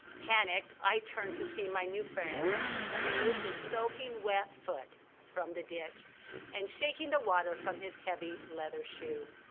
panicked, i turned to see my new friend remove his soaking wet foot from the ditch and shaking the water from his heavy leather shoe.